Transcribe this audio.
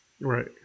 Right